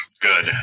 good